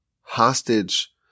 hostage